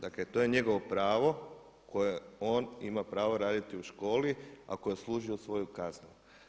Dakle, to je njegovo pravo koje on ima pravo raditi u školi, ako je odslužio svoju kaznu.